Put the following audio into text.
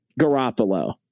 Garoppolo